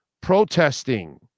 protesting